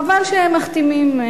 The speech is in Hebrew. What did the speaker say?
חבל שהם מחתימים.